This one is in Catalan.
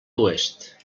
oest